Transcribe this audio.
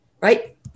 right